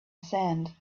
sand